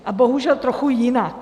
A bohužel trochu jinak.